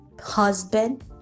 husband